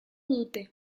dute